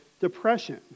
depression